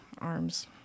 arms